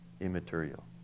immaterial